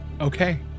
okay